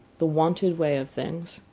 the wonted way of things.